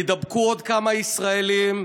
יידבקו עוד כמה ישראלים,